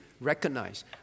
recognize